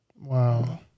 Wow